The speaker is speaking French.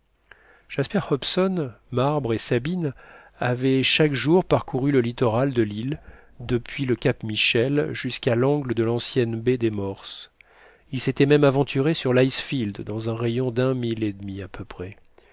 jasper hobson marbre et sabine avaient chaque jour parcouru le littoral de l'île depuis le cap michel jusqu'à l'angle de l'ancienne baie des morses ils s'étaient même aventurés sur l'icefield dans un rayon d'un mille et demi à peu près